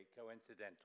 coincidental